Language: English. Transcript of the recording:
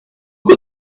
what